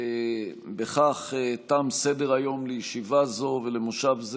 בכך תם סדר-היום לישיבה זו ולמושב זה.